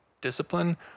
discipline